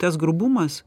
tas grubumas